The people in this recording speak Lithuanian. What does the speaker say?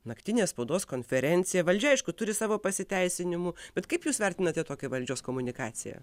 naktinė spaudos konferencija valdžia aišku turi savo pasiteisinimų bet kaip jūs vertinate tokią valdžios komunikaciją